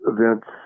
events